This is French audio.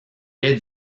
est